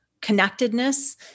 connectedness